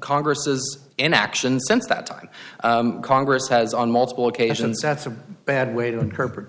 congress is in action since that time congress has on multiple occasions that's a bad way to interpret